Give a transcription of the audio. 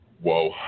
Whoa